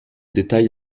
détails